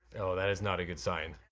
oh that is not a good sign.